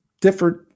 different